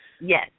yes